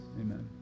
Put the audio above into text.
Amen